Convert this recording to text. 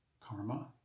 karma